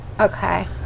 Okay